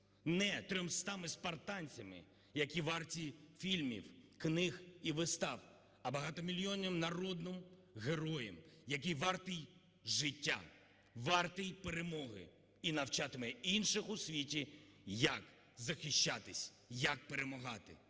спартанцями, які варті фільмів, книг і вистав, а багатомільйонним народом-героєм, який вартий життя, вартий перемоги. І навчатиме інших у світі, як захищатись, як перемагати.